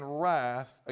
wrath